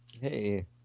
Hey